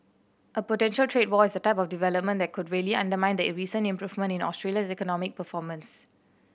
a potential trade war is the type of development that could really undermine the recent improvement in Australia's economic performance